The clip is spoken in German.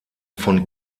von